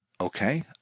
Okay